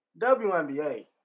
WNBA